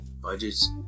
budgets